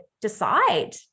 decide